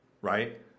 right